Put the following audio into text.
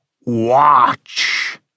watch